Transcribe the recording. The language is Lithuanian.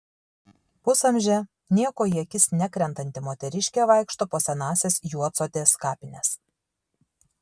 pusamžė niekuo į akis nekrentanti moteriškė vaikšto po senąsias juodsodės kapines